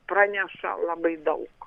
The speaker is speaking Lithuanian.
praneša labai daug